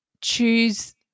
choose